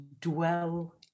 dwell